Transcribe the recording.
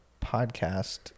podcast